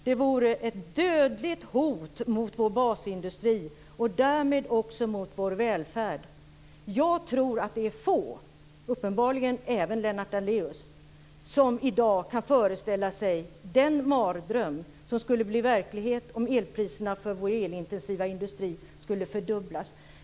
Det vore ett dödligt hot mot vår basindustri och därmed också mot vår välfärd. Jag tror att det är få - uppenbarligen även Lennart Daléus - som i dag kan föreställa sig den mardröm som skulle bli verklighet, om elpriserna för vår elintensiva industri skulle fördubblas.